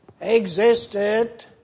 existed